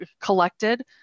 collected